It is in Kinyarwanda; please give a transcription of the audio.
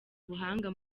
ubuhanga